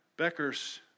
Becker's